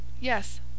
Yes